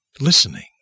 Listening